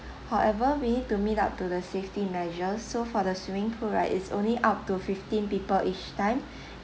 however we need to meet up to the safety measures so for the swimming pool right it's only up to fifteen people each time